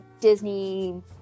disney